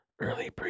early